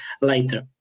later